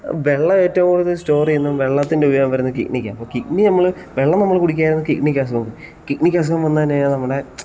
വെള്ളം ഏറ്റവും കൂടുതൽ സ്റ്റോർ ചെയ്യുന്നതും വെള്ളത്തിൻ്റെ ഉപയോഗം വരുന്നതും കിഡ്നിക്കാ അപ്പോൾ വെള്ളം നമ്മൾ കുടിക്കുകയാണെങ്കിൽ കിഡ്നിക്ക് അസുഖം വരില്ല കിഡ്നിക്ക് അസുഖം വന്നാൽ എന്താ ചെയ്യാ നമ്മുടെ